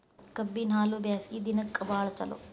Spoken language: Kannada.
ಕಬ್ಬಿನ ಹಾಲು ಬ್ಯಾಸ್ಗಿ ದಿನಕ ಬಾಳ ಚಲೋ